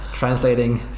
translating